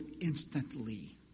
instantly